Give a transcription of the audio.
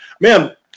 man